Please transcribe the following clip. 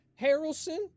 Harrelson